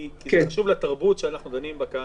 כי זה חשוב לתרבות שאנחנו דנים בה כאן.